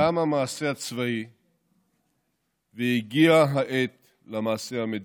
תם המעשה הצבאי והגיעה העת למעשה המדיני.